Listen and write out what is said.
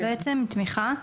בעצם תמיכה,